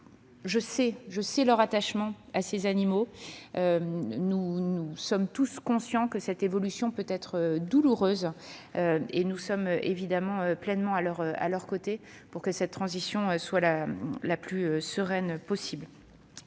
je sais leur attachement à ces animaux, nous sommes tous conscients que cette évolution peut être douloureuse et nous serons à l'évidence pleinement à leurs côtés pour que cette transition soit la plus sereine possible.